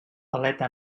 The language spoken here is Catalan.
aleta